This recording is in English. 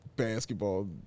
basketball